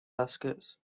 biscuits